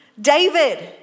David